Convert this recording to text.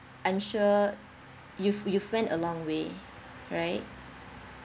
I'm sure you've you've went a long way right